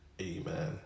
amen